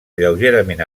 lleugerament